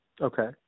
Okay